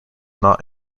not